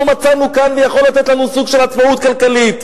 מצאנו כאן ויכול לתת לנו סוג של עצמאות כלכלית.